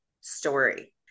story